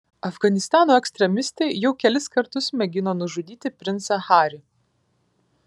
afganistano ekstremistai jau kelis kartus mėgino nužudyti princą harį